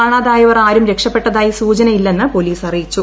കാണാത്യവർ ആരും രക്ഷപ്പെട്ടതായി സൂചനയില്ലെന്ന് പോലീസ് അറ്റിയിച്ചു